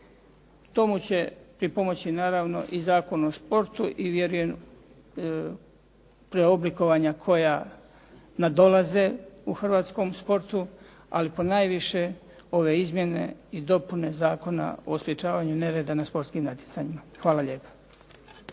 Tomu će pripomoći naravno i Zakon o športu i vjerujem u preoblikovanja koja nadolaze u hrvatskom sportu, ali ponajviše ove Izmjene i dopune Zakona o sprječavanju nereda na sportskim natjecanjima. Hvala lijepo.